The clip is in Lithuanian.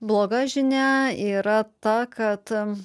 bloga žinia yra ta kad